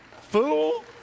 Fool